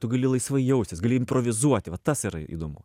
tu gali laisvai jaustis gali improvizuoti va tas yra įdomu